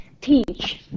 teach